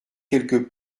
quelque